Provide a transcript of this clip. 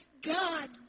God